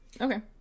okay